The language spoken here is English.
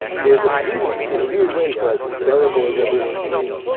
there's a beauty in a weird way for as hysterical as everyone seems,